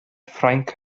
ffrainc